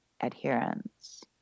adherence